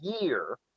year